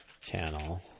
channel